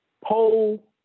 Poll